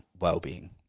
well-being